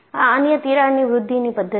આ અન્ય તિરાડની વૃદ્ધિની પદ્ધતિ છે